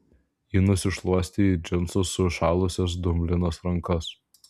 ji nusišluostė į džinsus sušalusias dumblinas rankas